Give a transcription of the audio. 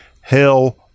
hell